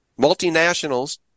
multinationals